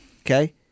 Okay